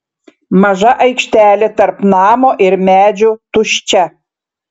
maža aikštelė tarp namo ir medžių tuščia